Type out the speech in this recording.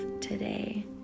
today